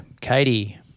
Katie